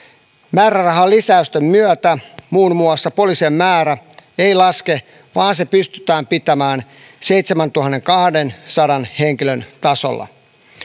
määrärahalisäysten myötä muun muassa poliisien määrä ei laske vaan se pystytään pitämään seitsemäntuhannenkahdensadan henkilön tasolla